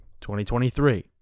2023